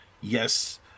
yes